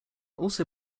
also